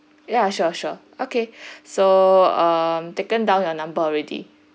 ya sure sure okay so um taken down your number already